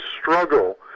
struggle